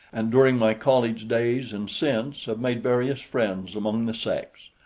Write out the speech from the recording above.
and during my college days and since have made various friends among the sex.